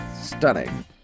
stunning